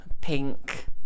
pink